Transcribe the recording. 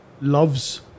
loves